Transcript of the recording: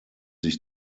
sich